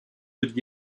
wird